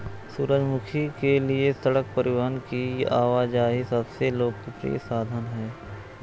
सूरजमुखी के लिए सड़क परिवहन की आवाजाही सबसे लोकप्रिय साधन है